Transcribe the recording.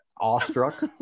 awestruck